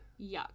yuck